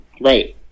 Right